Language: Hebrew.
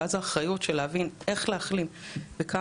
ואז האחריות של להבין על איך להחלים וכמה,